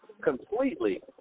completely